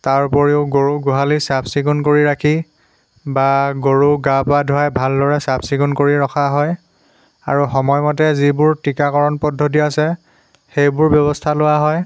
তাৰ উপৰিও গৰু গোহালি চাফ চিকুণ কৰি ৰাখি বা গৰুক গা পা ধুৱাই ভালদৰে চাফ চিকুণ কৰি ৰখা হয় আৰু সময়মতে যিবোৰ টীকাকৰণ পদ্ধতি আছে সেইবোৰ ব্যৱস্থা লোৱা হয়